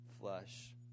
flesh